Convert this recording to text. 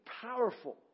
powerful